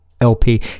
LP